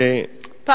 שהיתה פה,